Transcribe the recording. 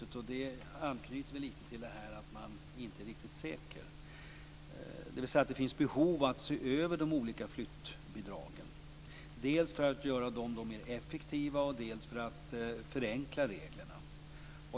Det anknyter väl lite till detta att man inte är riktigt säker, dvs. att det finns behov av att se över de olika flyttbidragen, dels för att göra dem mer effektiva, dels för att förenkla reglerna.